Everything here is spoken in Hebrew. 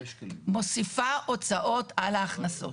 מוסיפה הוצאות על ההכנסות.